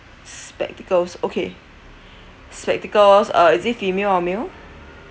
spectacles okay spectacles uh is it female or male